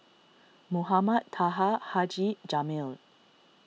Mohamed Taha Haji Jamil